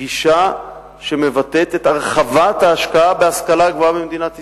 גישה שמבטאת את הרחבת ההשקעה בהשכלה הגבוהה במדינת ישראל.